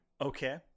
Okay